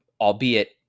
albeit